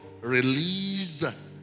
release